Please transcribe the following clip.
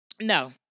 no